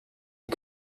die